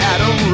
Adam